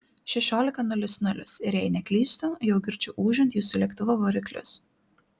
šešiolika nulis nulis ir jei neklystu jau girdžiu ūžiant jūsų lėktuvo variklius